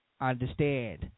understand